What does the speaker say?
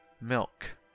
Milk